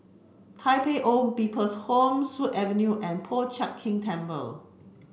Tai Pei Old People's Home Sut Avenue and Po Chiak Keng Temple